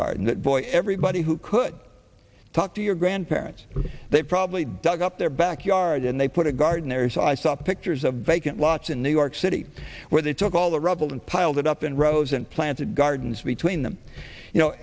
garden boy everybody who could talk to your grandparents they probably dug up their backyard and they put a garden area so i saw pictures of vacant lots in new york city where they took all the rubble and piled it up in rows and planted gardens between them you know